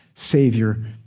Savior